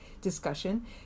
discussion